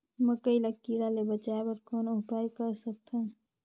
मकई ल कीड़ा ले बचाय बर कौन उपाय कर सकत हन?